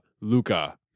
Luca